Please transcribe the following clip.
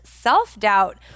self-doubt